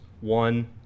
one